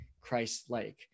Christ-like